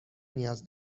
نیاز